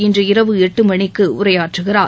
இன்று இரவு எட்டு மணிக்கு உரையாற்றுகிறார்